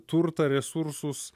turtą resursus